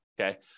Okay